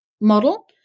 model